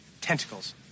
Tentacles